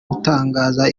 gutangaza